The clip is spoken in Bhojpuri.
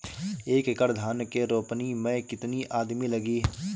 एक एकड़ धान के रोपनी मै कितनी आदमी लगीह?